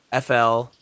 FL